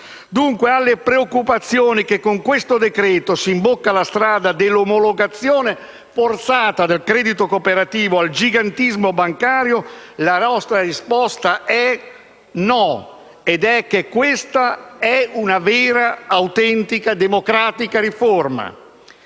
Dunque, alle preoccupazioni che con questo decreto-legge si imbocca la strada dell'omologazione forzata del credito cooperativo al gigantismo bancario la nostra risposta è no: questa è una vera, autentica, riforma